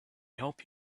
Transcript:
help